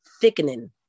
thickening